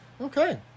Okay